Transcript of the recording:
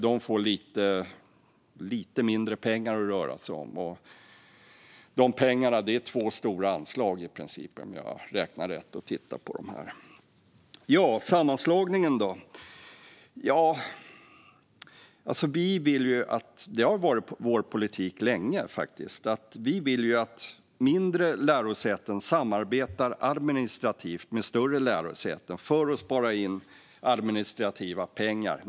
De får lite mindre pengar att röra sig med, och de pengarna är i princip två stora anslag om jag räknar rätt när jag tittar på det här. När det gäller sammanslagningen har det varit vår politik länge att vi vill att små lärosäten ska samarbeta administrativt med större lärosäten för att spara in på administrativa kostnader.